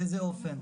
באיזה אופן,